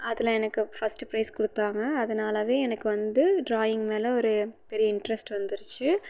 அதில் எனக்கு first prize கொடுத்தாங்க அதனாலவே எனக்கு வந்து ட்ராயிங் மேலே ஒரு பெரிய இன்ட்ரஸ்ட் வந்துருச்சு